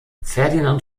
ferdinand